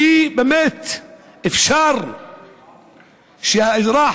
שבאמת יהיה אפשר שהאזרח,